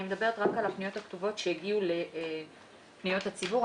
מדברת רק על הפניות הכתובות שהגיעו לפניות הציבור.